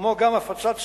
כמו גם הפצת סרטים,